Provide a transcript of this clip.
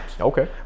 okay